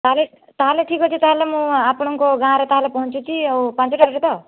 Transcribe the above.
ତା'ହେଲେ ତା'ହେଲେ ଠିକ ଅଛି ତା'ହେଲେ ମୁଁ ଆପଣଙ୍କ ଗାଁରେ ତା'ହେଲେ ପହଞ୍ଚୁଛି ଆଉ ପାଞ୍ଚ ତାରିଖରେ ତ